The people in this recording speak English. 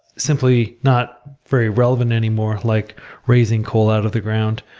simply not very relevant anymore, like raising coal out of the ground,